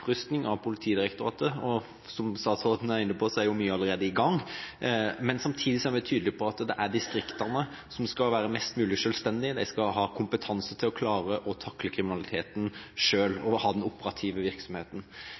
opprustning av Politidirektoratet. Som statsråden var inne på, er mye allerede i gang. Samtidig er vi tydelig på at distriktene skal være mest mulig selvstendige. De skal ha kompetanse til å klare å takle kriminaliteten selv og ha den operative virksomheten.